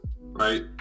right